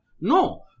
No